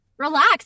relax